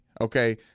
Okay